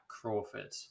Crawford